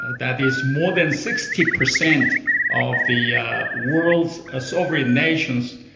that is more than sixty per cent of the world's ah sovereign nations,